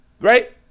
right